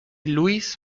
louis